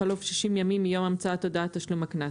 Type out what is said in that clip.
בחלוף 60 ימים מיום המצאת הודעת תשלום הקנס.